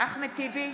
אחמד טיבי,